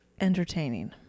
entertaining